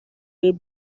روی